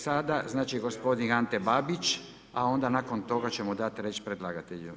Sada znači gospodin Ante Babić, a onda nakon toga ćemo dati riječ predlagatelju.